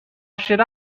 should